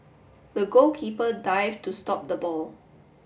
the goalkeeper dived to stop the ball